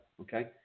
Okay